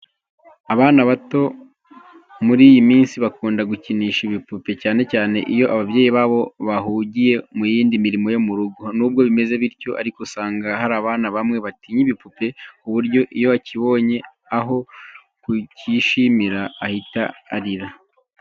Abana bato muri iyi minsi bakunda gukinisha ibipupe cyane cyane iyo ababyeyi babo bahugiye mu yindi mirimo yo mu rugo. Nubwo bimeze bityo ariko usanga hari abana bamwe batinya ibipupe ku buryo iyo akibonye aho kukishimira ahita arira.